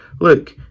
Look